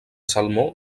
salmó